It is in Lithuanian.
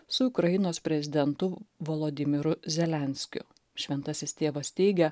su ukrainos prezidentu volodymiru zelenskiu šventasis tėvas teigia